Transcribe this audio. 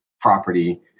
property